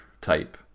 type